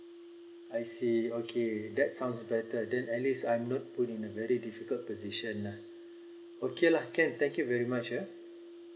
I see okay that sounds better than at least I'm not put in a very difficult position lah okay lah can thank you very much ya